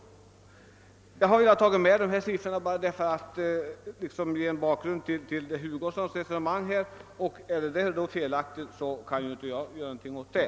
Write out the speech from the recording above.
Jag har velat nämna dessa siffror för att ge en bakgrund till herr Hugossons resonemang. Om de är felaktiga kan jag inte göra någonting åt det.